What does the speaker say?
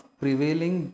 prevailing